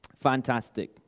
Fantastic